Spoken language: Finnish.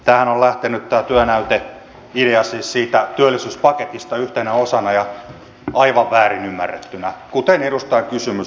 tämähän on lähtenyt tämä työnäyteidea siis siitä työllisyyspaketista yhtenä osana ja aivan väärin ymmärrettynä kuten edustajan kysymys osoittaa